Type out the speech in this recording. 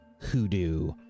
hoodoo